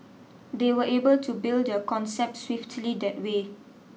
they were able to build their concept swiftly that way